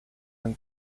een